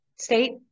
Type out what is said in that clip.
State